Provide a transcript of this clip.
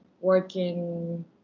working